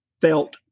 felt